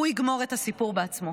והוא יגמור את הסיפור בעצמו.